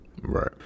Right